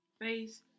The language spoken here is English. Face